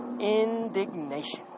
indignation